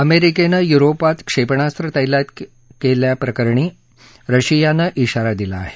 अमेरिकेनं युरोपात क्षेपणास्र तैनात केल्याप्रकरणी रशियानं शिवारा दिला आहे